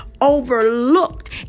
overlooked